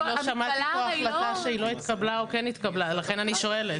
אני לא שמעתי כאן החלטה שלא התקבלה או כן התקבלה ולכן אני שואלת.